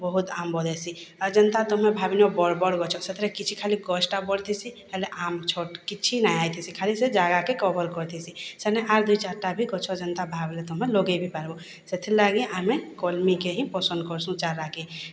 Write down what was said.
ବହୁତ୍ ଆମ୍ବ ଦେସି ଆଉ ଯେନ୍ତା ତମେ ଭାବିନିଅ ବଡ଼୍ ବଡ଼୍ ଗଛ ସେଥିରେ କିଛି ଖାଲି ଗଛଟା ବଡ଼୍ ଥିସି ହେଲେ ଆମ୍ବ୍ ଛୋଟ୍ କିଛି ନାଇଁ ହେଇଥିସି ଖାଲି ସେ ଯାଗାକେ କଭର୍ କରିଥିସି ସେନେ ଆଉ ଦୁଇ ଚାରିଟା ବି ଗଛ ଯେନ୍ତା ଭାବ୍ଲେ ତମେ ଲଗେଇ ବି ପାର୍ବ ସେଥିର୍ଲାଗି ଆମେ କଲ୍ମିକେ ହିଁ ପସନ୍ଦ୍ କର୍ସୁଁ ଚାରାକେ